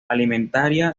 alimentaria